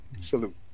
salute